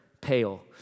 pale